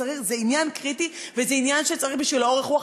זה עניין קריטי וזה עניין שצריך בשבילו אורך רוח,